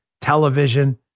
television